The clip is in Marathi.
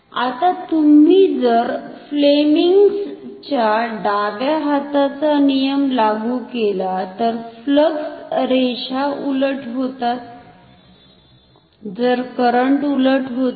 आता तुम्ही जर फ्लेमिंग्ज चा डाव्या हाताचा नियम लागु केला तर फ्लक्स रेषा उलट होतात जर करंट उलट होते